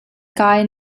kai